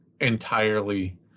entirely